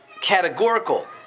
categorical